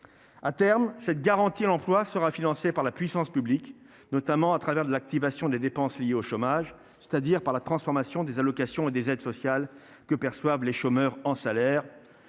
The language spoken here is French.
à terme, cette garantie l'emploi sera financé par la puissance publique, notamment à travers de l'activation des dépenses liées au chômage, c'est à dire par la transformation des allocations et des aides sociales que perçoivent les chômeurs en salaire,